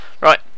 Right